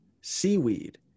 seaweed